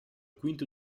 quinto